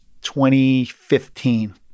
2015